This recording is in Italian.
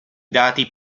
dati